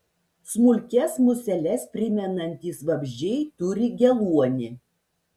smulkias museles primenantys vabzdžiai turi geluonį